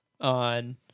on